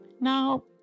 Now